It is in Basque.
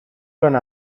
lana